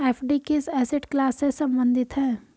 FD किस asset class से संबंधित है?